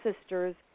sisters